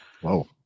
Whoa